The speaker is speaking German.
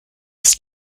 das